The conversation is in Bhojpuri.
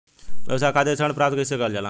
व्यवसाय खातिर ऋण प्राप्त कइसे कइल जाला?